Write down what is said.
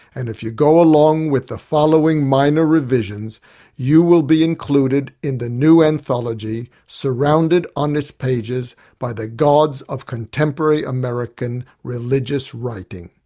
and if you go along with the following minor revisions you will be included in the new anthology, surrounded on its pages by the gods of contemporary religious writing.